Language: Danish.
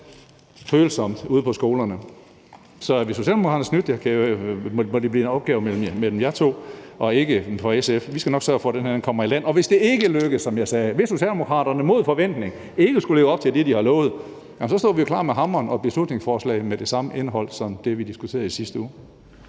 følsomt ude på skolerne. Så hvis Socialdemokraterne har snydt jer, må det blive en opgave mellem jer og ikke for SF. Vi skal nok sørge for, at den kommer i land, og hvis det ikke lykkes, som jeg sagde, og Socialdemokraterne mod forventning ikke skulle leve op til det, de har lovet, så står vi klar med hammeren og et beslutningsforslag med det samme indhold som det, vi diskuterede i sidste uge.